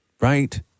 Right